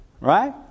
Right